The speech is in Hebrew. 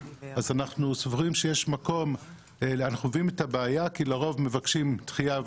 אנחנו מבינים את הבעיה כי לרוב מבקשים דחייה.